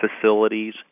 facilities